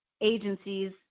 agencies